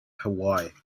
hawaii